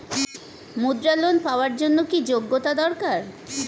মুদ্রা লোন পাওয়ার জন্য কি যোগ্যতা দরকার?